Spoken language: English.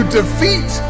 defeat